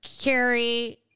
Carrie